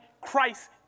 Christ